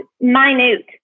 minute